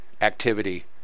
activity